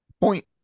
Point